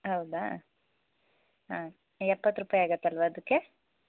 ಹೌದಾ ಹಾಂ ಎಪ್ಪತ್ತು ರೂಪಾಯಿ ಆಗತ್ತಲ್ವಾ ಅದಕ್ಕೆ